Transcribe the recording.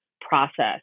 process